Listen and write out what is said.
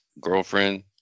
girlfriend